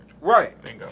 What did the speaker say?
Right